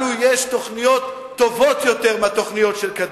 לנו יש תוכניות טובות יותר מהתוכניות של קדימה.